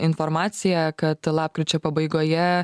informacija kad lapkričio pabaigoje